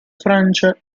francia